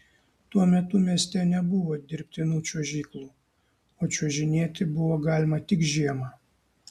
tuo metu mieste nebuvo dirbtinų čiuožyklų o čiuožinėti buvo galima tik žiemą